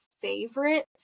favorite